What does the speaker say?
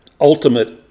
ultimate